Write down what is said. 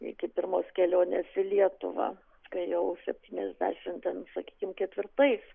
iki pirmos kelionės į lietuvą kai jau septyniasdešimt ten sakykim ketvirtais